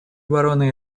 обороны